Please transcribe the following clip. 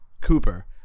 Cooper